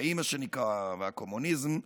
המדעי והקומוניזם,